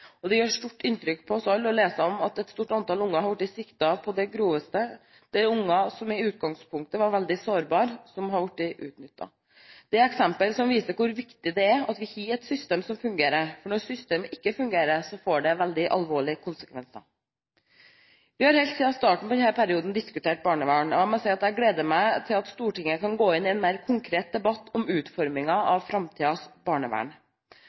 Det gjør stort inntrykk på oss alle å lese om at et stort antall unger har blitt sviktet på det groveste. Det er unger som i utgangspunktet var veldig sårbare, som har blitt utnyttet. Dette er eksempel som viser hvor viktig det er at vi har et system som fungerer, for når systemet ikke fungerer, får det veldig alvorlige konsekvenser. Vi har helt siden starten på denne perioden diskutert barnevern, og jeg må si at jeg gleder meg til at Stortinget kan gå inn i en mer konkret debatt om utformingen av framtidens barnevern.